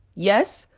yes?